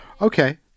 Okay